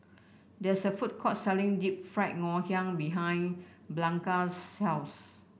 there is a food court selling Deep Fried Ngoh Hiang behind Blanca's house